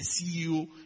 CEO